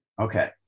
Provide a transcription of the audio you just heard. Okay